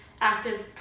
active